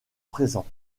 présent